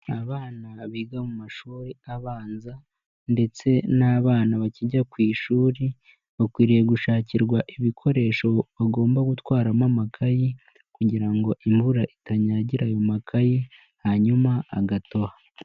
Abana biga mu mashuri abanza ndetse n'abana bakijya ku ishuri, bakwiriye gushakirwa ibikoresho bagomba gutwaramo amakayi, kugira ngo imvura itanyagira ayo makayi hanyuma agatoha.